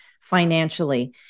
financially